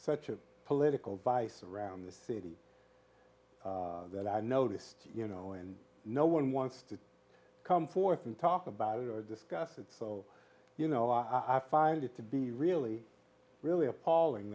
such a political device around the city that i noticed you know and no one wants to come forth and talk about it discuss it so you know i find it to be really really appalling